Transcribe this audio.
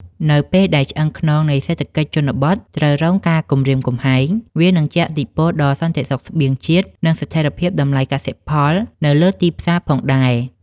នៅពេលដែលឆ្អឹងខ្នងនៃសេដ្ឋកិច្ចជនបទត្រូវរងការគំរាមកំហែង វានឹងជះឥទ្ធិពលដល់សន្តិសុខស្បៀងជាតិ និងស្ថិរភាពតម្លៃកសិផលនៅលើទីផ្សារផងដែរ។